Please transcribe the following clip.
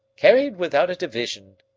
carried without a division,